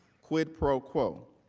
quid pro quo.